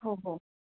हो हो